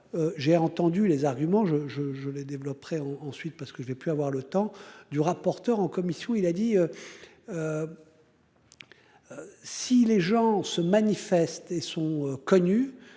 J'ai entendu les arguments je je je l'ai développerait en ensuite parce que j'ai pu avoir le temps du rapporteur en commission, il a dit. Si les gens se manifestent et sont connus.